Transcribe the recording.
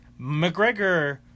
McGregor